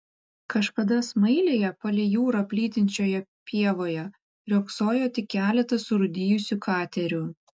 kažkada smailėje palei jūrą plytinčioje pievoje riogsojo tik keletas surūdijusių katerių